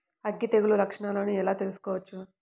అగ్గి తెగులు లక్షణాలను ఎలా తెలుసుకోవచ్చు?